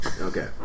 Okay